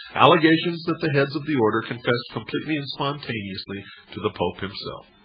allegations that the heads of the order confessed completely and spontaneously to the pope himself.